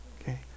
Okay